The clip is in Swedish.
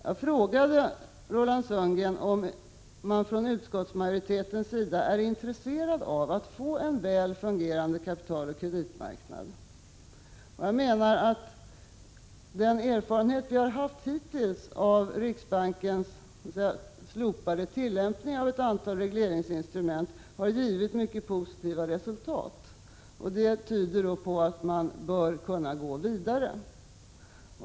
Jag frågade Roland Sundgren om utskottsmajoriteten är intresserad av att få en väl fungerande kapitaloch kreditmarknad. Erfarenheten hittills av riksbankens slopade tillämpning av ett antal regleringsinstrument har givit mycket positiva resultat, och det tyder på att man bör kunna gå vidare.